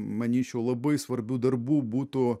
manyčiau labai svarbių darbų būtų